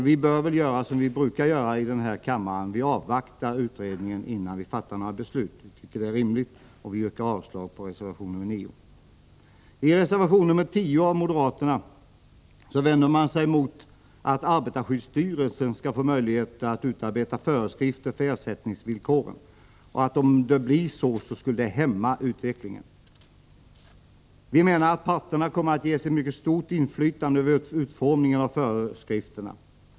Vi bör väl göra som vi brukar i denna kammare — avvakta utredningen innan vi fattar några beslut. Det tycker vi är rimligt. Jag yrkar avslag på reservation nr 9. I reservation nr 10 vänder sig moderaterna mot att arbetarskyddsstyrelsen skall få möjlighet att utarbeta föreskrifter för ersättningsvillkoren, eftersom det skulle hämma utvecklingen. Vi menar att parterna kommer att ges ett mycket stort inflytande på utformningen av föreskrifterna.